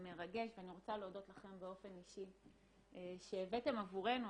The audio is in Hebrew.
ואני רוצה להודות לכם באופן אישי שהבאתם עבורנו,